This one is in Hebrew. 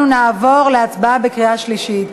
אנחנו נעבור להצבעה בקריאה שלישית.